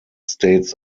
states